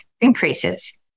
increases